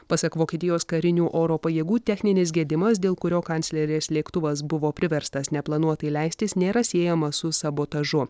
pasak vokietijos karinių oro pajėgų techninis gedimas dėl kurio kanclerės lėktuvas buvo priverstas neplanuotai leistis nėra siejamas su sabotažu